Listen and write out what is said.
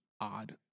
odd